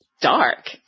dark